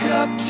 up